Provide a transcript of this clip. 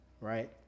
right